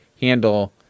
handle